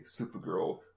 Supergirl